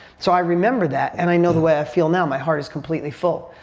so, i remember that and i know the way i feel now my heart is completely full.